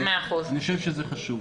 אני חושב שזה חשוב.